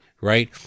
right